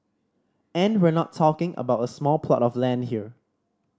and we're not talking about a small plot of land here